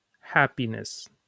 happiness